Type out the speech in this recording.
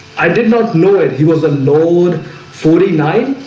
i did not know it he was a load forty nine